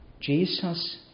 Jesus